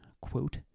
quote